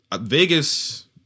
Vegas